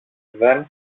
δεν